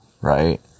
right